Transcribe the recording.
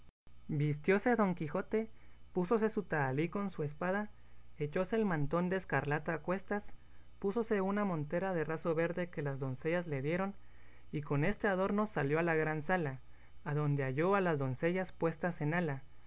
vistióse don quijote púsose su tahalí con su espada echóse el mantón de escarlata a cuestas púsose una montera de raso verde que las doncellas le dieron y con este adorno salió a la gran sala adonde halló a las doncellas puestas en ala